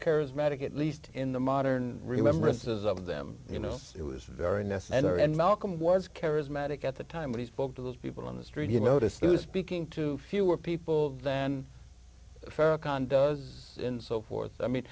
charismatic at least in the modern remembrances of them you know it was very necessary and malcolm was charismatic at the time when he spoke to those people on the street you noticed there was speaking to fewer people than farrakhan does in so forth i mean